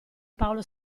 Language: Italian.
paolo